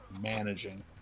managing